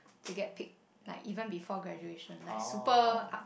he get picked like even before graduation like super